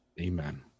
Amen